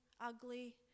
ugly